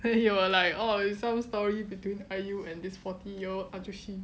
then you were like oh is some story between IU and this forty year old ajushi